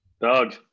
Doug